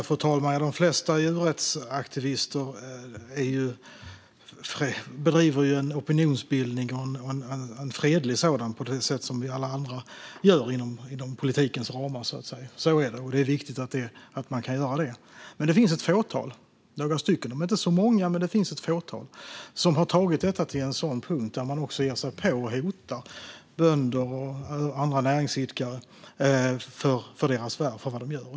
Fru talman! De flesta djurrättsaktivister bedriver fredlig opinionsbildning på det sätt som alla vi andra gör inom politikens ramar. Så är det, och det är viktigt att man kan göra det. Men det finns ett fåtal - några stycken; de är inte så många, men det finns ett fåtal - som har tagit detta till en punkt där man också ger sig på och hotar bönder och andra näringsidkare för det de gör.